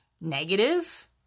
negative